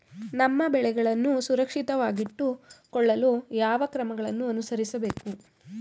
ನಮ್ಮ ಬೆಳೆಗಳನ್ನು ಸುರಕ್ಷಿತವಾಗಿಟ್ಟು ಕೊಳ್ಳಲು ಯಾವ ಕ್ರಮಗಳನ್ನು ಅನುಸರಿಸಬೇಕು?